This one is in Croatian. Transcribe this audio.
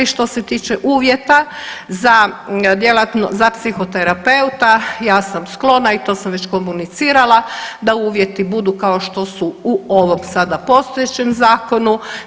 Što se tiče uvjeta za djelatnost, za psihoterapeuta, ja sam sklona i to sam već komunicirala da uvjeti budu kao što su u ovom sada postojećem zakonu.